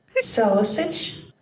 Sausage